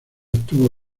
estuvo